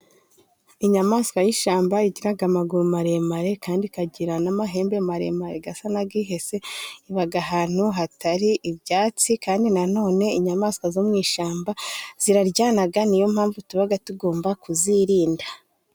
Inyamaswa y'ishyamba igira amaguru maremare, kandi ikagira n'amahembe maremare asa n'ayihese, iba ahantu hatari ibyatsi, kandi na none inyamaswa zo mu ishyamba ziraryana, ni yo mpamvu tuba tugomba kuzirinda.